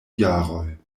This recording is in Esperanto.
jaroj